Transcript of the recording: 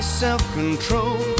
self-control